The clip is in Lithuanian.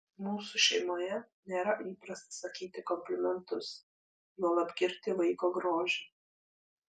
mūsų šeimoje nėra įprasta sakyti komplimentus juolab girti vaiko grožį